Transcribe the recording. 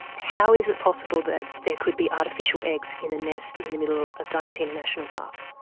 how is it possible that there could be artificial eggs in a nest in the middle of diamantina national park?